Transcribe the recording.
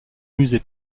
musée